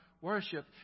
worship